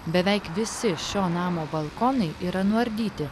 beveik visi šio namo balkonai yra nuardyti